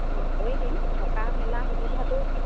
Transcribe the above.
অঁ কৰি দিম থকা মেলা সুবিধাটো